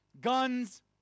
Guns